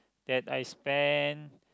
that I spend